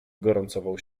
gorącował